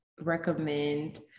recommend